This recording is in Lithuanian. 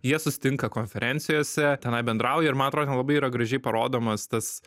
jie susitinka konferencijose tenai bendrauja ir man atrodo ten labai yra gražiai parodomas tas